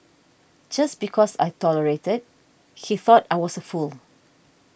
just because I tolerated he thought I was a fool